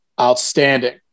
outstanding